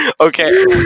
Okay